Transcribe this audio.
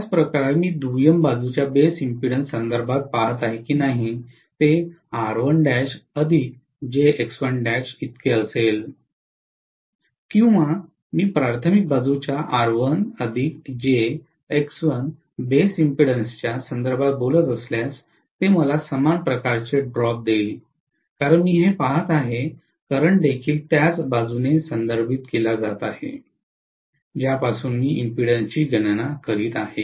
त्याच प्रकारे मी दुय्यम बाजूच्या बेस इंपेडन्सच्या संदर्भात पहात आहे की नाही ते असेल किंवा मी प्राथमिक बाजूच्या बेस इंपेडन्सच्यासंदर्भात बोलत असल्यास ते मला समान प्रकारचे ड्रॉप देईल कारण मी हे पहात आहे करंट देखील त्याच बाजूने संदर्भित केला जात आहे ज्यापासून मी इंपेडन्सची गणना करीत आहे